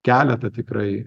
keletą tikrai